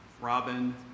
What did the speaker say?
Robin